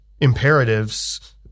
imperatives